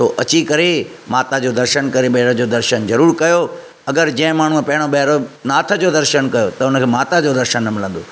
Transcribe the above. तो अची करे माता जो दर्शन करे भैरो जो दर्शन ज़रूरु कयो अगरि जंहिं माण्हूं पिणु भैरो नाथ जो दर्शन कयो त हुन जे माता जो दर्शन न मिलंदो